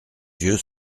yeux